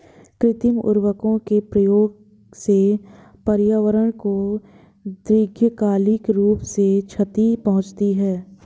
कृत्रिम उर्वरकों के प्रयोग से पर्यावरण को दीर्घकालिक रूप से क्षति पहुंचती है